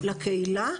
לקהילה,